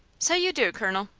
so you do, colonel.